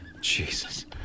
Jesus